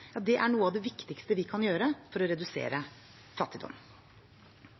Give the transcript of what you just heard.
er noe av det viktigste vi kan gjøre for å redusere fattigdom.